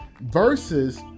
Versus